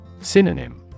Synonym